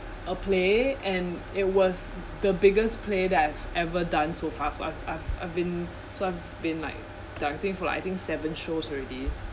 a play and it was the biggest play that I've ever done so far I've I've I've been so I've been like directing for like I think seven shows already